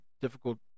difficult